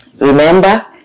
Remember